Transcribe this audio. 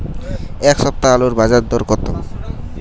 এ সপ্তাহে আলুর বাজার দর কত?